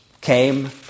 came